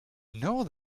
know